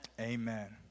amen